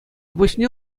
пуҫне